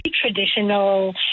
traditional